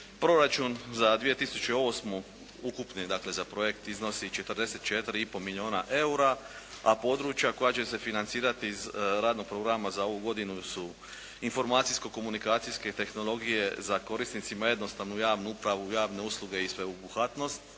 Proračun za 2008. ukupni dakle za projekt iznosi 44,5 milijuna eura a područja koja će se financirati iz radnog programa za ovu godinu su informacijsko komunikacijske tehnologije za korisnicima za jednostavnu javnu upravu, javne usluge i sveobuhvatnost